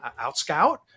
outscout